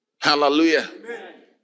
Hallelujah